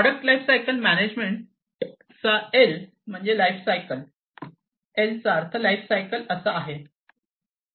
product lifecycle management चा L म्हणजे lifecycle L चा अर्थ लाइफसायकल असा आहे